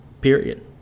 period